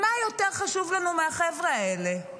מה יותר חשוב לנו מהחבר'ה האלה?